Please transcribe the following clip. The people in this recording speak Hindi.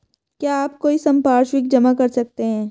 क्या आप कोई संपार्श्विक जमा कर सकते हैं?